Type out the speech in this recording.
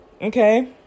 Okay